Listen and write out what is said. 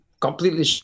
completely